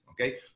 okay